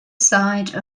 side